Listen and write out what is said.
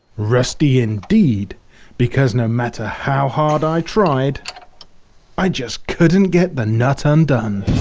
rusty indeed because no matter how hard i tried i just couldn't get the nut undone.